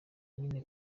nyine